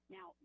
Now